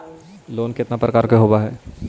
Loan केतना प्रकार के होव हइ?